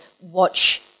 watch